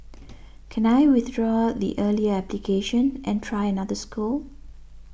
can I withdraw the earlier application and try another school